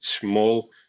small